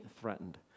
threatened